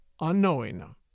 unknowing